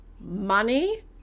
money